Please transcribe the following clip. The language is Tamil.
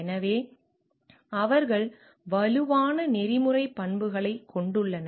எனவே அவர்கள் வலுவான நெறிமுறை பண்புகளைக் கொண்டுள்ளனர்